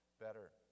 Better